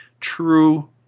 true